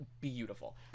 beautiful